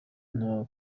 nta